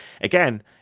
Again